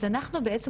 אז אנחנו בעצם,